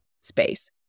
space